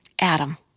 Adam